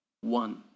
one